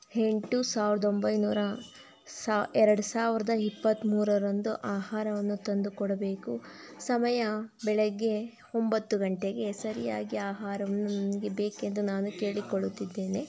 ಎಂಟು ಸಾವಿರದ ಒಂಬೈನೂರ ಸಾ ಎರಡು ಸಾವಿರದ ಇಪತ್ತ್ಮೂರರಂದು ಆಹಾರವನ್ನು ತಂದು ಕೊಡಬೇಕು ಸಮಯ ಬೆಳಗ್ಗೆ ಒಂಬತ್ತು ಗಂಟೆಗೆ ಸರಿಯಾಗಿ ಆಹಾರವನ್ನು ನನಗೆ ಬೇಕೆಂದು ನಾನು ಕೇಳಿಕೊಳ್ಳುತ್ತಿದ್ದೇನೆ